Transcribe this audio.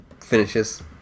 finishes